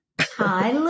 Hi